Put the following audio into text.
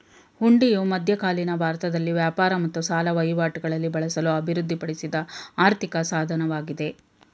ಹುಂಡಿಯು ಮಧ್ಯಕಾಲೀನ ಭಾರತದಲ್ಲಿ ವ್ಯಾಪಾರ ಮತ್ತು ಸಾಲ ವಹಿವಾಟುಗಳಲ್ಲಿ ಬಳಸಲು ಅಭಿವೃದ್ಧಿಪಡಿಸಿದ ಆರ್ಥಿಕ ಸಾಧನವಾಗಿದೆ